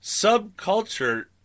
subculture